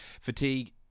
Fatigue